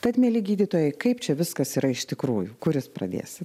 tad mieli gydytojai kaip čia viskas yra iš tikrųjų kuris pradėsit